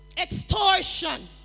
extortion